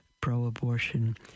pro-abortion